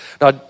Now